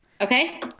Okay